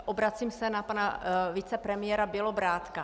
Obracím se na pana vicepremiéra Bělobrádka.